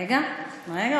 רגע, רגע.